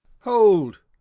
Hold